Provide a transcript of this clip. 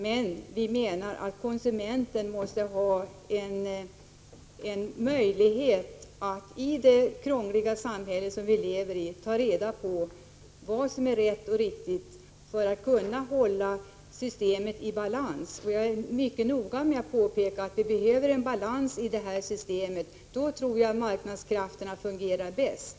Men vi menar att i det krångliga samhälle som vilever i måste konsumenten ha en möjlighet att ta reda på vad som är rätt och riktigt för att systemet skall kunna hållas i balans. Jag är mycket noga med att påpeka att det behövs en balans i det här systemet. Då tror jag marknadskrafterna fungerar bäst.